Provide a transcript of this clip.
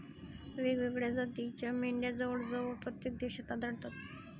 वेगवेगळ्या जातीच्या मेंढ्या जवळजवळ प्रत्येक देशात आढळतात